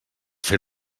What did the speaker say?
fer